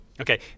Okay